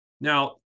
Now